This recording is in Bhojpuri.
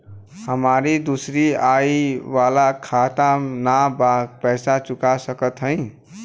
हमारी दूसरी आई वाला खाता ना बा पैसा चुका सकत हई?